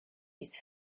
his